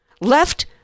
left